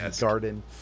garden